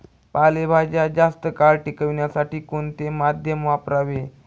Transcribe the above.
पालेभाज्या जास्त काळ टिकवण्यासाठी कोणते माध्यम वापरावे?